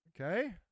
okay